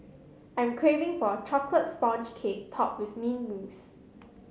I'm craving for a chocolate sponge cake topped with mint mousse